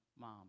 mom